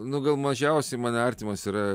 nu gal mažiausiai man artimas yra